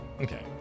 Okay